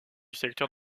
secteur